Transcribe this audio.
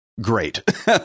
great